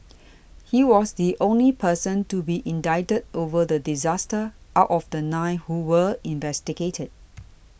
he was the only person to be indicted over the disaster out of the nine who were investigated